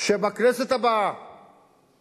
שבכנסת הבאה